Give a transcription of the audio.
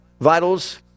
vitals